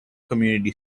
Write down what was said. community